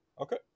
Okay